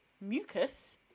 mucus